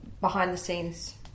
behind-the-scenes